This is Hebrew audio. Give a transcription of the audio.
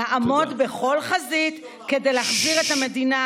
נעמוד בכל חזית כדי להחזיר את המדינה